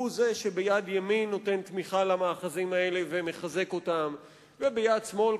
הוא זה שביד ימין נותן תמיכה למאחזים האלה ומחזק אותם וביד שמאל,